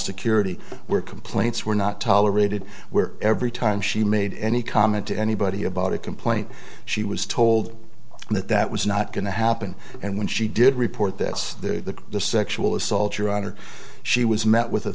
security were complaints were not tolerated where every time she made any comment to anybody about a complaint she was told that that was not going to happen and when she did report this to the sexual assault your honor she was met with a